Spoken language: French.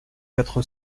quatre